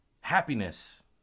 happiness